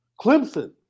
Clemson